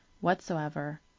whatsoever